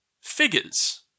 figures